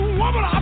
woman